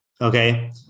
okay